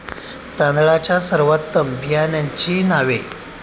तांदळाच्या सर्वोत्तम बियाण्यांची नावे?